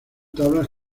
tablas